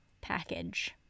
package